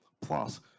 Plus